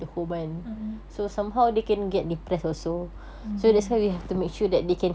a'ah oh